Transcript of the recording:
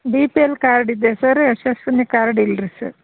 B P L card ಇದೆ sir Yashasvini card ಇಲ್ಲಾರೀ sir